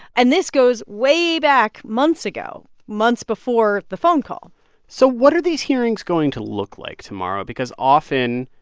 and this goes way back, months ago months before the phone call so what are these hearings going to look like tomorrow? because often,